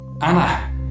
Anna